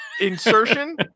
Insertion